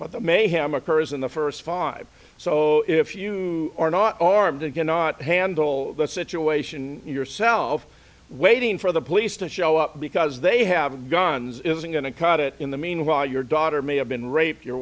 occurs in the first five so if you are not armed and cannot handle the situation yourself waiting for the police to show up because they have guns isn't going to cut it in the meanwhile your daughter may have been raped your